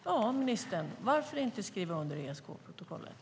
Ja, ministern, frågan kvarstår: Varför inte skriva under ESK-protokollet?